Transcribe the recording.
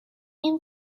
این